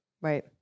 right